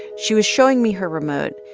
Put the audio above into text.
she was showing me her remote.